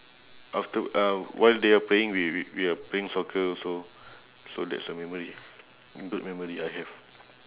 after uh while they are praying we we we are playing soccer also so that's a memory good memory I have